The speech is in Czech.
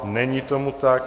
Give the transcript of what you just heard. Není tomu tak.